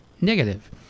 negative